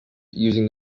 using